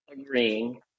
agreeing